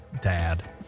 dad